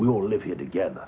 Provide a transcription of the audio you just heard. we all live here together